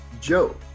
Joe